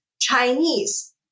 Chinese